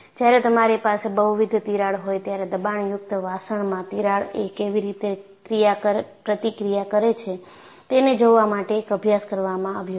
જ્યારે તમારી પાસે બહુવિધ તિરાડ હોય ત્યારે દબાણયુક્ત વાસણમાં તિરાડ એ કેવી રીતે ક્રિયા પ્રતિક્રિયા કરે છે તેને જોવા માટે એક અભ્યાસ કરવામાં આવ્યો હતો